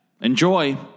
Enjoy